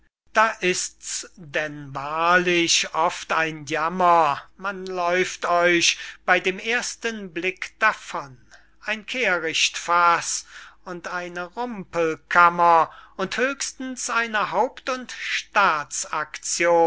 da ist's dann wahrlich oft ein jammer man läuft euch bey dem ersten blick davon ein kehrichtfaß und eine rumpelkammer und höchstens eine